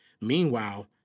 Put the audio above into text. Meanwhile